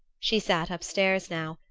she sat up-stairs now,